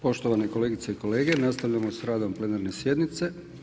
Poštovane kolegice i kolege, nastavljamo s radom plenarne sjednice.